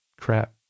crap